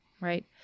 right